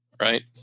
Right